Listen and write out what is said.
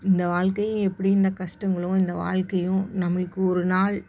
இந்த வாழ்க்கையும் எப்படி இந்த கஷ்டங்களும் இந்த வாழ்க்கையும் நம்மளுக்கு ஒரு நாள்